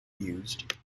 used